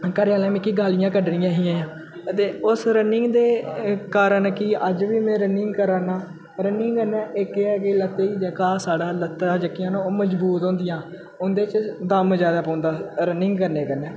घरैआह्लें मिकी गालियां कड्ढनियां हियां ते उस रनिंग दे कारण कि अज्ज बी में रनिंग करा ना रनिंग कन्नै इक एह् ऐ कि लत्तै गी जेह्का साढ़ा लत्तां जेह्कियां ओह् मजबूत होन्दियां उंदे च दम ज्यादा पौंदा रनिंग करने कन्नै